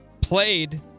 played